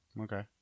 okay